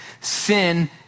sin